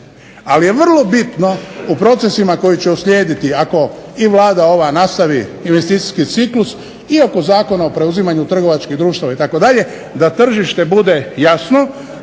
ali je vrlo bitno u procesima koji će uslijediti ako i Vlada ova nastavi investicijski ciklus i ako Zakon o preuzimanju trgovačkih društava itd., da tržište bude jasno,